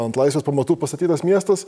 ant laisvės pamatų pastatytas miestas